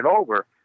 over